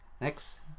Next